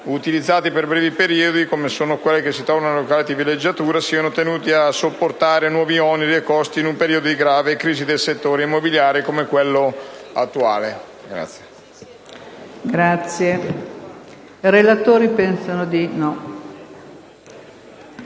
utilizzate per brevi periodi, come sono quelle che si trovano in località di villeggiatura, siano tenuti a sopportare nuovi oneri e costi in un periodo di grave crisi del settore immobiliare come quello attuale.